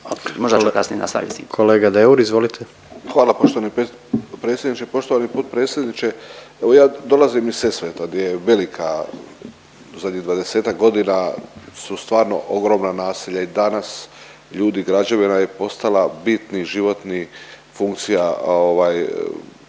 Kolega Deur, izvolite. **Deur, Ante (HDZ)** Hvala poštovani predsjedniče. Poštovani potpredsjedniče, evo ja dolazim iz Sesveta di je velika, u zadnjih 20-tak godina su stvarno ogromna naselja i danas ljudi i građevina je postala bitni životni funkcija